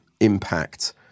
impact